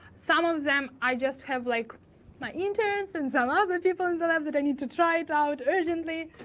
some of them i just have like my interns and some other people in the labs that i need to try it out urgently.